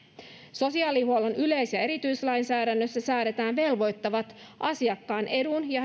sosiaalihuollon yleis ja erityislainsäädännössä säädetään velvoittavasti asiakkaan edun ja